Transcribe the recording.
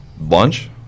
lunch